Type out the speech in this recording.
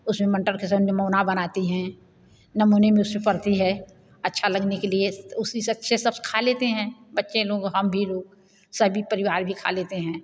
उसमें मटर के साथ निमौना बनाते हैं नमूने में उसमें पड़ती है अच्छा लगने के लिए उसी से अच्छे सब खा लेते हैं बच्चे लोग हम भी लोग सभी परिवार भी खा लेते हैं